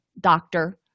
doctor